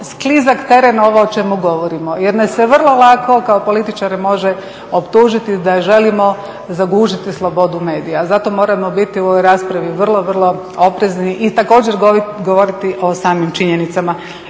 sklizak teren ovo o čemu govorimo jer nas se vrlo lako kao političare može optužiti da želimo zagušiti slobodu medija, zato moramo biti u ovoj raspravi vrlo, vrlo oprezni i također govoriti o samim činjenicama.